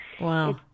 Wow